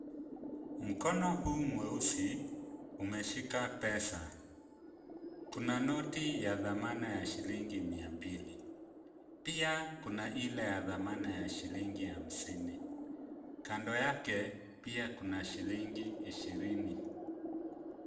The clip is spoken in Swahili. Mkono huu mweusi umeshika pesa ,kuna noti ya dhamana ya shilingi mia mbili ,pia kuna ile ya dhamana ya shilingi hamsini kando yake pia kuna shilingi ishirini.